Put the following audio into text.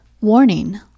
Warning